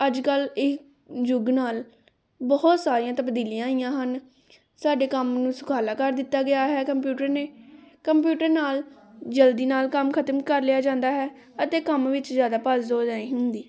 ਅੱਜ ਕੱਲ ਇਹ ਯੁੱਗ ਨਾਲ ਬਹੁਤ ਸਾਰੀਆਂ ਤਬਦੀਲੀਆਂ ਆਈਆਂ ਹਨ ਸਾਡੇ ਕੰਮ ਨੂੰ ਸੁਖਾਲਾ ਕਰ ਦਿੱਤਾ ਗਿਆ ਹੈ ਕੰਪਿਊਟਰ ਨੇ ਕੰਪਿਊਟਰ ਨਾਲ ਜਲਦੀ ਨਾਲ ਕੰਮ ਖਤਮ ਕਰ ਲਿਆ ਜਾਂਦਾ ਹੈ ਅਤੇ ਕੰਮ ਵਿੱਚ ਜ਼ਿਆਦਾ ਭੱਜ ਦੌੜ ਨਹੀ ਹੁੰਦੀ